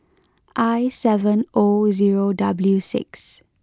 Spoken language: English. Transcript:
I seven O zero W six